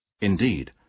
Indeed